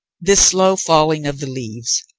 this slow falling of the leaves,